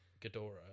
Ghidorah